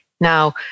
Now